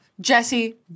Jesse